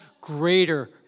greater